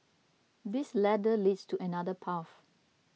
this ladder leads to another path